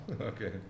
Okay